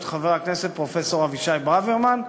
חבר הכנסת פרופסור אבישי ברוורמן,